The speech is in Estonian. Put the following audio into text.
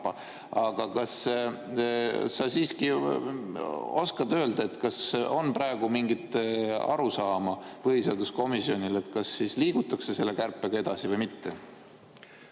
Aga kas sa siiski oskad öelda, kas on praegu mingit arusaama põhiseaduskomisjonil, kas liigutakse selle kärpega edasi või mitte?